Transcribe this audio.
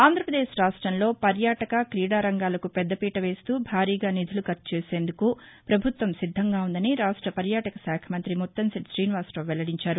ఆంధ్ర పదేశ్ రాష్ట్రంలో పర్యాటక క్రీడా రంగాలకు పెద్దపీట వేస్తూ భారీగా నిధులు ఖర్చు చేసేందుకు ప్రభుత్వం సిద్దంగా ఉందని రాష్ట పర్యాటక శాఖ మంతి ముత్తంశెట్లి ఠీనివాసరావు వెల్లడించారు